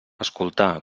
escoltar